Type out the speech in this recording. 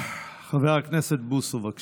חבר הכנסת בוסו, בבקשה,